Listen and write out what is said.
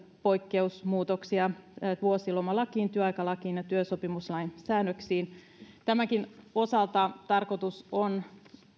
poikkeusmuutoksista vuosilomalakiin työaikalakiin ja työsopimuslain säännöksiin tämänkin osalta tarkoitus on